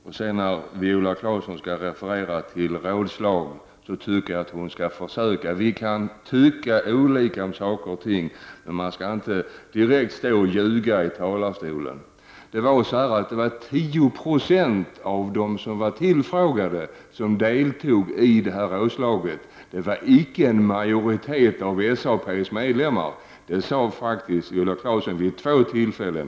Vi kan ha olika åsikter om saker och ting, men jag tycker inte att man skall stå och direkt ljuga från talarstolen, som Viola Claesson gör när hon refererar till det rådslag hon talade om. Det var 10 90 av de tillfrågade som deltog i rådslaget, det var icke en majoritet av SAPs medlemmar, som Viola Claesson faktiskt sade vid två tillfällen.